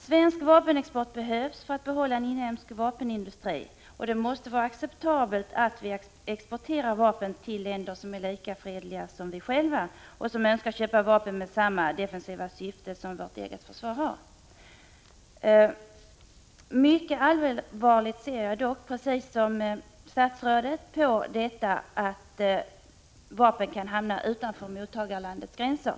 Svensk vapenexport behövs för att behålla en inhemsk vapenindustri, och det måste vara acceptabelt att vi exporterar vapen till länder som är lika fredliga som Sverige och som önskar köpa vapen med samma defensiva syfte som vårt eget försvar har. Mycket allvarligt ser jag dock, precis som statsrådet, på att vapen kan hamna utanför mottagarlandets gränser.